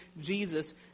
Jesus